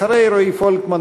אחרי רועי פולקמן,